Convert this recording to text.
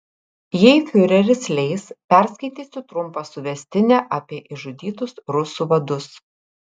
jei fiureris leis perskaitysiu trumpą suvestinę apie išžudytus rusų vadus